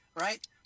right